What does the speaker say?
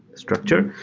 structure.